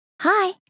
Hi